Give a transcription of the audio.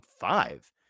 five